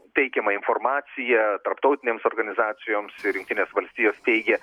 teikiama informacija tarptautinėms organizacijoms ir jungtinės valstijos teigia